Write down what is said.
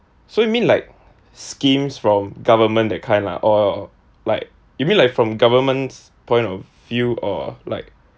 so you mean like schemes from government that kind lah or like you mean like from government's point of view or like